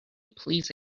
please